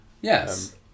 Yes